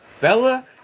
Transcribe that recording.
bella